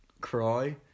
cry